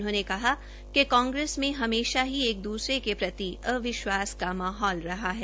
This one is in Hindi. उन्होंने कहा कि कांग्रेस में हमेशा ही एक दूसरे के प्रति अविश्वास का माहौल रहा है